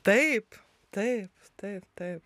taip taip taip taip